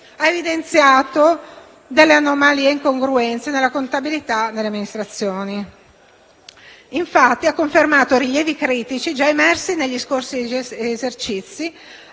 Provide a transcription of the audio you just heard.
ha evidenziato delle anomalie e delle incongruenze nella contabilità delle amministrazioni. Ha infatti confermato rilievi critici già emersi negli scorsi esercizi,